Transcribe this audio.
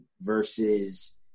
versus